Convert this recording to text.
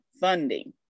funding